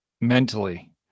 mentally